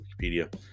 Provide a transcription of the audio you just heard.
Wikipedia